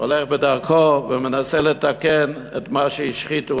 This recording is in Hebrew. הולך בדרכו ומנסה לתקן את מה שהשחיתו